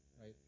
right